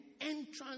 entrance